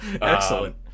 excellent